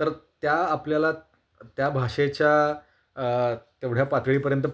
तर त्या आपल्याला त्या भाषेच्या तेवढ्या पातळीपर्यंत